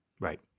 Right